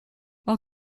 while